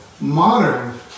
Modern